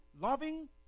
loving